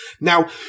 Now